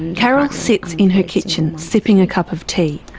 and carol sits in her kitchen sipping a cup of tea,